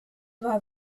war